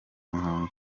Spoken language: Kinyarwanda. muhango